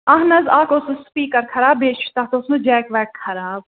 اَہَن حظ اَکھ اوسُس سُپیٖکَر خراب بیٚیہِ چھُ تَتھ اوسمُت جیک ویک خراب